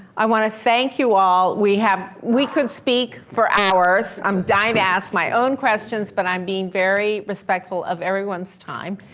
i want to thank you all. we have, we could speak for hours. i'm dying to ask my own questions, but i'm being very respectful of everyone's time.